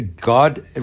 God